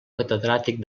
catedràtic